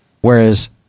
Whereas